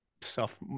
self